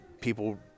people